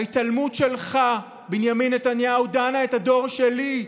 ההתעלמות שלך, בנימין נתניהו, דנה את הדור שלי,